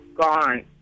gone